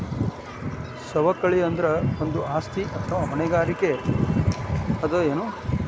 ಸವಕಳಿ ಅಂದ್ರ ಒಂದು ಆಸ್ತಿ ಅಥವಾ ಹೊಣೆಗಾರಿಕೆ ಅದ ಎನು?